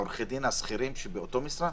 עורכי הדין השכירים שבאותו משרד?